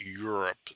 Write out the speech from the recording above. Europe